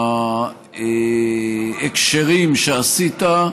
ובהקשרים שעשית,